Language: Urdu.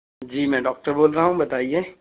جی میں ڈاکٹر بول رہا ہوں بتائیے